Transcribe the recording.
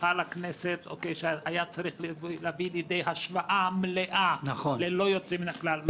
שלחה לכנסת שהיה צריך להביא לידי השוואה מלאה ללא יוצא מן הכלל,